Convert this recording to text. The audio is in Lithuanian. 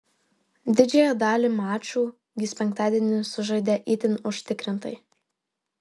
didžiąją dalį mačų jis penktadienį sužaidė itin užtikrintai